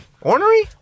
Ornery